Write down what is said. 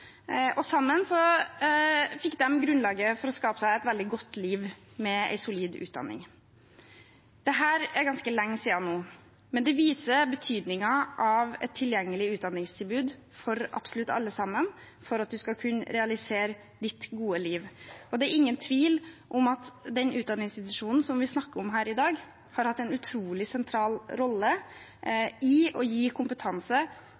og sammen fikk de grunnlaget for å skape seg et veldig godt liv, med en solid utdanning. Dette er ganske lenge siden nå, men det viser betydningen av et tilgjengelig utdanningstilbud for absolutt alle sammen for at man skal kunne realisere sitt gode liv. Det er ingen tvil om at den utdanningsinstitusjonen som vi snakker om her i dag, har hatt en utrolig sentral rolle i å gi kompetanse,